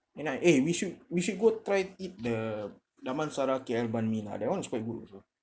enak eh we should we should go try eat the damansara K_L pan mee lah that one is quite good also